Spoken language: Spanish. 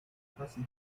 fase